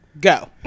go